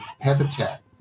habitat